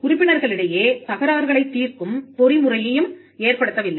உறுப்பினர்களிடையே தகராறுகளைத் தீர்க்கும் பொறிமுறையையும் ஏற்படுத்தவில்லை